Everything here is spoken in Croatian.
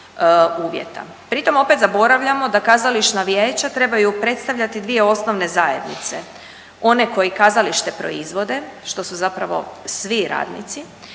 Pritom opet zaboravljamo da kazališna vijeća trebaju predstavljati dvije osnovne zajednice. One koji kazalište proizvode što su zapravo svi radnici